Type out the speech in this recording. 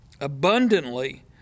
abundantly